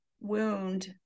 wound